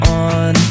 on